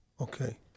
Okay